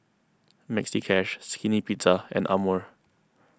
Maxi Cash Skinny Pizza and Amore